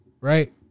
right